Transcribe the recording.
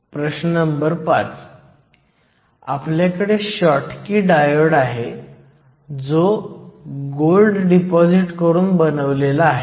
तर रुंदी W ही 2εoεr Vo Vr आहे आणि आपण म्हटले की डिप्लीशन रिजन जवळजवळ संपूर्णपणे n बाजूला आहे